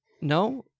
No